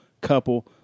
couple